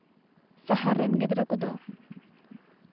ᱥᱚᱦᱚᱨ ᱨᱮᱱ ᱜᱤᱫᱽᱨᱟᱹ ᱠᱚᱫᱚ